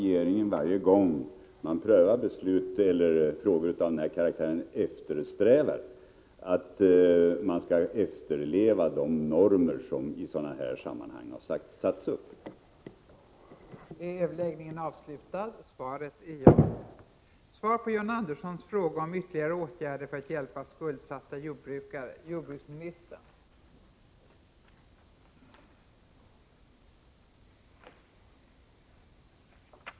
Genom överenskommelsen mellan regeringspartiet och vpk anslås 40 milj.kr. för nästa budgetår till stöd för nyetablerade och skuldsatta jordbrukare, vilka hotas av konkurs.